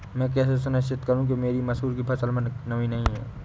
मैं कैसे सुनिश्चित करूँ कि मेरी मसूर की फसल में नमी नहीं है?